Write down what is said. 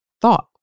thought